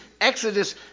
Exodus